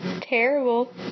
terrible